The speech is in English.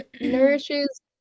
nourishes